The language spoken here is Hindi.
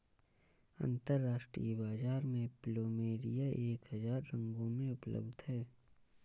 अंतरराष्ट्रीय बाजार में प्लुमेरिया एक हजार रंगों में उपलब्ध हैं